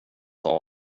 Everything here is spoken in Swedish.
tag